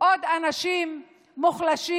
עוד אנשים מוחלשים,